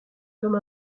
comme